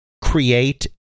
create